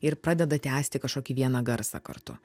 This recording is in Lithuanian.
ir pradeda tęsti kažkokį vieną garsą kartu